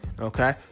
Okay